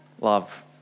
love